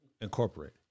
incorporate